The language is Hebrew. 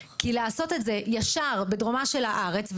כי לעשות את זה ישר בדרומה של הארץ,